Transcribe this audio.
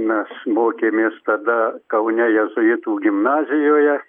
mes mokėmės tada kaune jėzuitų gimnazijoje